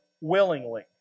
willingly